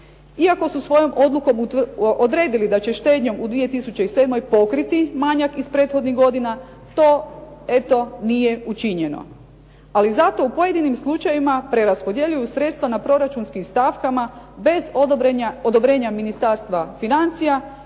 Iako su svojom odlukom odredili da će štednjom u 2007. pokriti manjak iz prethodnih godina to eto nije učinjeno. Ali zato u pojedinim slučajevima preraspodjeljuju sredstva na proračunskim stavkama bez odobrenja Ministarstva financija